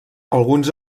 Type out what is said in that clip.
alguns